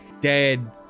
dead